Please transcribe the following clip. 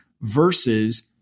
versus